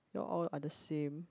you all are the same